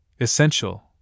essential